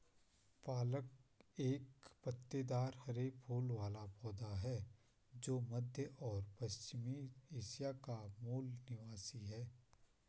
पालक एक पत्तेदार हरे फूल वाला पौधा है जो मध्य और पश्चिमी एशिया का मूल निवासी है